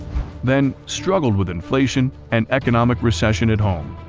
then struggled with inflation and economic recession at home,